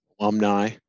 alumni